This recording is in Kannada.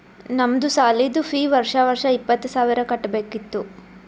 ನಮ್ದು ಸಾಲಿದು ಫೀ ವರ್ಷಾ ವರ್ಷಾ ಇಪ್ಪತ್ತ ಸಾವಿರ್ ಕಟ್ಬೇಕ ಇತ್ತು